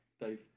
Dave